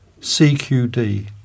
CQD